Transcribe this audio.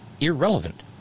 irrelevant